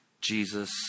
Jesus